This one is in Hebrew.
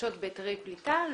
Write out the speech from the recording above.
שנדרשות בהיתרי פליטה?